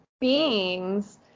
beings